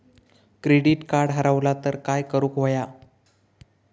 Credit card हरवला तर काय करुक होया?